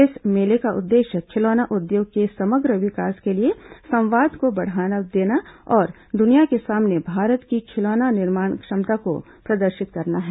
इस मेले का उद्देश्य खिलौना उद्योग के समग्र विकास के लिए संवाद को बढ़ावा देना और दुनिया के सामने भारत की खिलौना निर्माण क्षमता को प्रदर्शित करना है